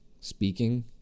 speaking